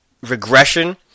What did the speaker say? Regression